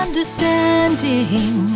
Understanding